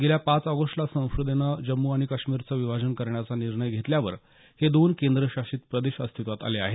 गेल्या पाच ऑगस्टला संसदेनं जम्मू आणि काश्मीरचं विभाजन करण्याचा निर्णय घेतल्यावर हे दोन केंद्रशासित प्रदेश अस्तित्वात आले आहेत